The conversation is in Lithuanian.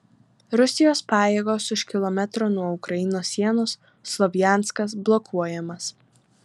rusijos pajėgos už kilometro nuo ukrainos sienos slovjanskas blokuojamas